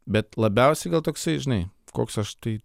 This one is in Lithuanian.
bet labiausiai gal toksai žinai koks aš tai